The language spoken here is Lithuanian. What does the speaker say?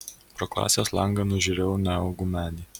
pro klasės langą nužiūrėjau neaugų medį